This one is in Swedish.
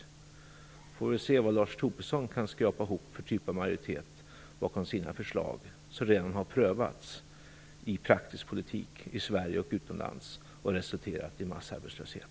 Vi får väl se vad Lars Tobisson kan skrapa ihop för typ av majoritet bakom sina förslag - förslag som redan har prövats i praktisk politik i Sverige och utomlands och som resulterat i massarbetslöshet.